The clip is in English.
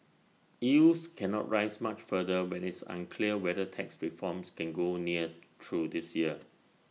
yields cannot rise much further when it's unclear whether tax reforms can go near through this year